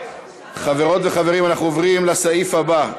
חברות וחברים, אנחנו עוברים לסעיף הבא.